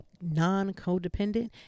non-codependent